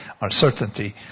uncertainty